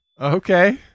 Okay